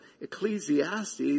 ecclesiastes